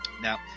Now